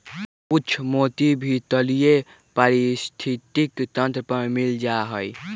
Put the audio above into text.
कुछ मोती भी तटीय पारिस्थितिक तंत्र पर मिल जा हई